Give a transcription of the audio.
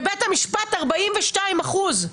בית המשפט קיבל 42 אחוזים.